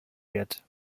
wird